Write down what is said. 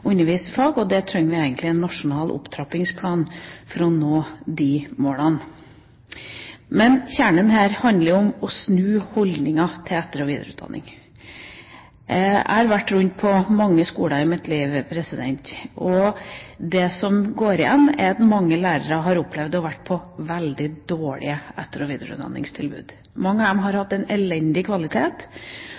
undervise i fag, og vi trenger egentlig en nasjonal opptrappingsplan for å nå de målene. Men kjernen her handler om å snu holdningen til etter- og videreutdanning. Jeg har vært rundt på mange skoler i mitt liv, og det som går igjen, er at mange lærere har opplevd å være på veldig dårlige etter- og videreutdanningstilbud. Mange av dem har hatt en elendig kvalitet.